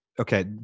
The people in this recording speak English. Okay